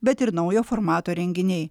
bet ir naujo formato renginiai